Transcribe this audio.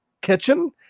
kitchen